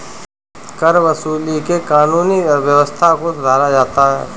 करवसूली से कानूनी व्यवस्था को सुधारा जाता है